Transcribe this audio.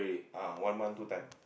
ah one month two time